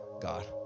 God